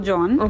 John